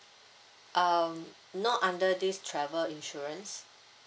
um not under this travel insurance